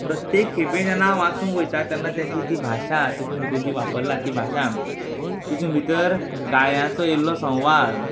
प्रत्येक खेपे जेन्ना हांव वाचूंक वयता तेन्ना ताची ती भाशा तितूंत भितर जी वापरला ती भाशा तितूंत भितर गाळयांचो इल्लो संवाद